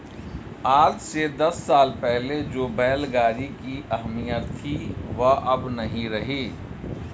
आज से दस साल पहले जो बैल गाड़ी की अहमियत थी वो अब नही रही